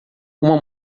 uma